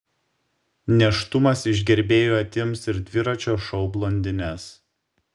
nėštumas iš gerbėjų atims ir dviračio šou blondines